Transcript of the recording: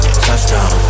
touchdown